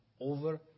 over